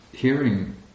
hearing